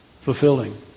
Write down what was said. fulfilling